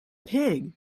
pig